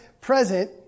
present